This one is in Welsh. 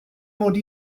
mod